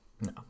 No